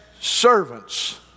servants